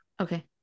Okay